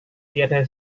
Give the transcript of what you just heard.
tiada